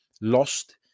lost